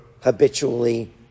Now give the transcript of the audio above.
habitually